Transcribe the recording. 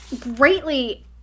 greatly